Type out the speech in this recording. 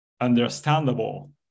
understandable